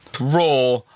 Raw